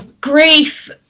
grief